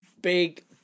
Big